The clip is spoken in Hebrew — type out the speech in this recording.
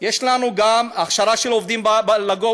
יש לנו גם הכשרה של עובדים בגובה.